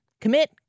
Commit